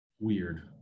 weird